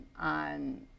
on